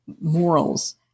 morals